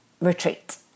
retreat